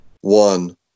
one